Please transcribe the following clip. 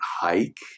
hike